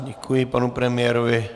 Děkuji panu premiérovi.